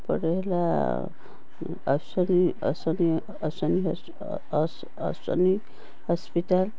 ଏପଟେ ହେଲା ଅଶ୍ଵନି ଅଶ୍ଵନି ଅଶ୍ଵନି ହସ୍ପ ଅଶ୍ଵ ଅଶ୍ଵନି ହସ୍ପିଟାଲ